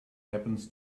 happens